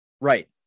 Right